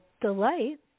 delight